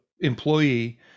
employee